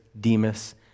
Demas